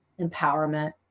empowerment